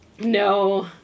No